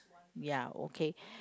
ya okay